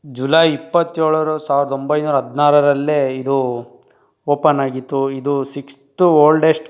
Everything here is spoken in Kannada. ಜುಲೈ ಇಪ್ಪತ್ತೇಳರ ಸಾವಿರದ ಒಂಬೈನೂರ ಹದಿನಾರರಲ್ಲಿ ಇದು ಓಪನ್ ಆಗಿತ್ತು ಇದು ಸಿಕ್ಸ್ತ್ ಓಲ್ಡೆಸ್ಟ್